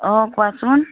অঁ কোৱাচোন